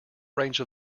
range